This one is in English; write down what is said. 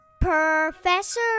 Professor